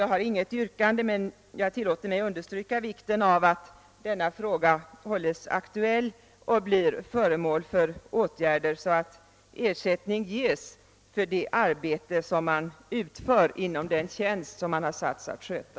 Jag har inget yrkande, men jag tillåter mig att framhålla vikten av att denna fråga hålls aktuell och blir föremål för åtgärder så att ersättning ges för det arbete man utför inom den tjänst man har satts att sköta.